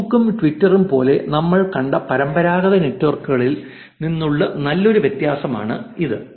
ഫെയ്സ്ബുക്കും ട്വിറ്ററും പോലെ നമ്മൾ കണ്ട പരമ്പരാഗത നെറ്റ്വർക്കുകളിൽ നിന്നുള്ള നല്ലൊരു വ്യത്യാസമാണിത്